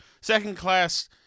second-class